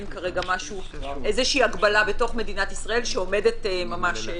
אין כרגע הגבלה במדינת ישראל שממש עומדת לפתחנו.